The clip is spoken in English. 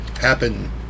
Happen